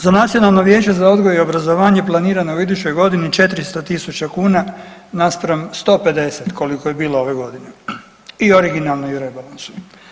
Za Nacionalno vijeće za odgoj i obrazovanje planirano je u idućoj godini 400 tisuća kuna naspram 150 koliko je bilo ove godine, i originalno i u Rebalansu.